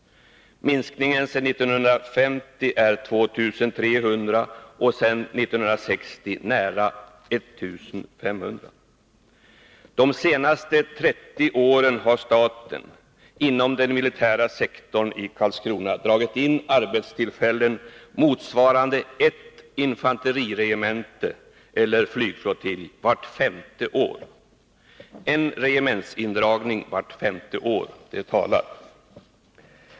Minskningen sedan 1950 är 2 300 och sedan 1950 nära 1 500. De senaste 30 åren har staten inom den militära sektorn i Karlskrona dragit in arbetstillfällen motsvarande ett infanteriregemente eller en flygflottilj vart femte år. En regementsindragning vart femte år — det talar.